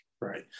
right